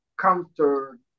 counter